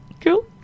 Cool